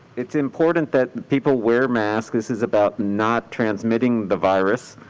it's important that people wear masks. this is about not transmitting the virus.